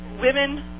women